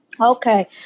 Okay